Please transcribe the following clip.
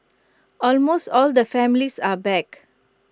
almost all the families are back